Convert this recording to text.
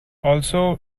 also